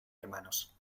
hermanos